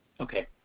Okay